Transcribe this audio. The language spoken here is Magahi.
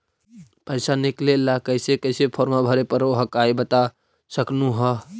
पैसा निकले ला कैसे कैसे फॉर्मा भरे परो हकाई बता सकनुह?